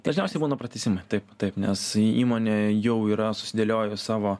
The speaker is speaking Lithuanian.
dažniausiai būna pratęsimai taip taip nes įmonė jau yra susidėliojus savo